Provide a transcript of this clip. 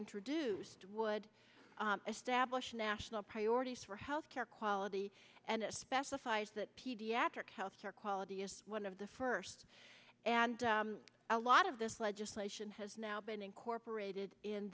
introduced would establish national priorities for health care quality and specifies that pediatric health care quality is one of the first and a lot of this legislation has now been incorporated in